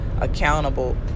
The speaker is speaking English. accountable